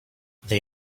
they